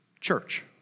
church